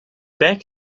beck